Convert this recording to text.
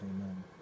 Amen